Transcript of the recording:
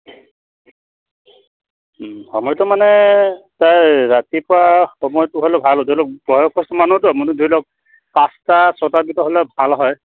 সময়টো মানে প্ৰায় ৰাতিপুৱা সময়টো হ'লে ভাল ধৰি লওক বয়সস্থ মানুহতো মানে ধৰি লওক পাঁচটা ছটা ভিতৰত হ'লে ভাল হয়